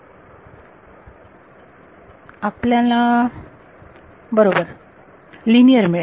विद्यार्थी आपल्याला बरोबर लिनियर मिळेल